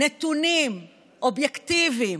נתונים אובייקטיבים,